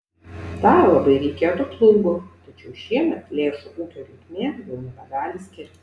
dar labai reikėtų plūgo tačiau šiemet lėšų ūkio reikmėm jau nebegali skirti